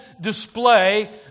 display